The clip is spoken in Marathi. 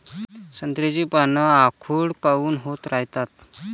संत्र्याची पान आखूड काऊन होत रायतात?